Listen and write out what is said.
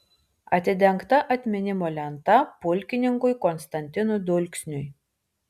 atidengta atminimo lenta pulkininkui konstantinui dulksniui